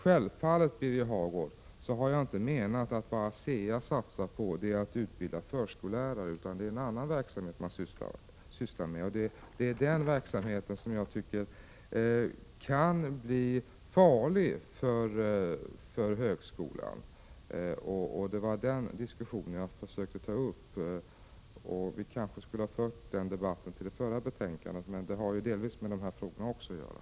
Självfallet, Birger Hagård, har jag inte menat att ASEA satsar på utbildning av förskollärare, utan det är en annan verksamhet man sysslar med. Det är den verksamheten som jag tror kan bli farlig för högskolan. Vi kanske skulle ha fört debatten härom under behandlingen av det förra betänkandet, men frågan har delvis att göra med de frågor som vi behandlar nu.